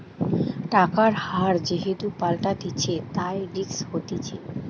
টাকার হার যেহেতু পাল্টাতিছে, তাই রিস্ক হতিছে